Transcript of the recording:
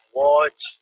watch